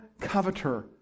coveter